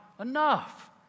enough